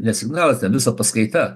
ne signalas ten visa paskaita